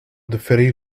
ferry